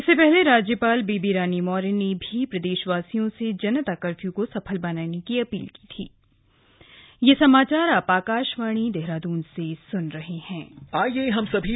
इससे पहले राज्यपाल बेबी रानी मौर्य ने भी प्रदेशवासियों से जनता कर्फ्यू को सफल बनाने की अपील की थी